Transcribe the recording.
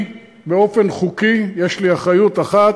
באופן חוקי, יש לי אחריות אחת,